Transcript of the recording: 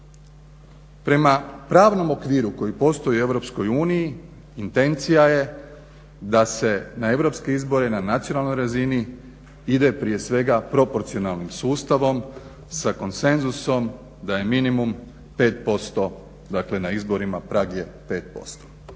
Prema pravnom okviru koji postoji u EU intencija je da se na europske izbore na nacionalnoj razini ide prije svega proporcionalnim sustavom, sa konsenzusom da je minimum 5%. Dakle, na izborima prag je 5%.